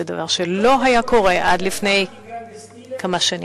זה דבר שלא קרה עד לפני כמה שנים.